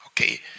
Okay